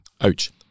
Ouch